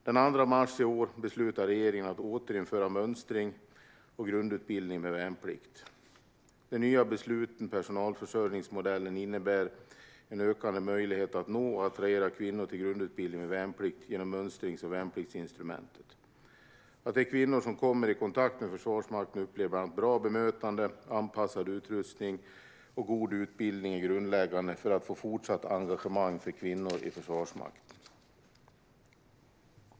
Den 2 mars i år beslutade regeringen att återinföra mönstring och grundutbildning med värnplikt. Den nya beslutade personalförsörjningsmodellen innebär en ökad möjlighet att nå och attrahera kvinnor till grundutbildning med värnplikt genom mönstrings och värnpliktsinstrumentet. Att de kvinnor som kommer i kontakt med Försvarsmakten upplever bland annat bra bemötande, anpassad utrustning och god utbildning är grundläggande för att få ett fortsatt engagemang av kvinnor i Försvarsmakten.